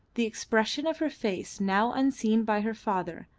the expression of her face, now unseen by her father,